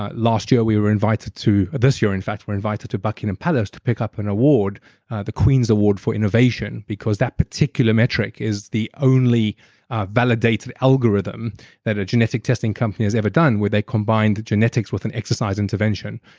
ah last year we were invited to. this year, in fact, we're invited to buckingham palace to pick up an award the queen's award for innovation, because that particular metric is the only validated algorithm that a genetic-testing company has ever done, where they combined genetics with an exercise intervention.